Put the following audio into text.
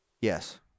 Yes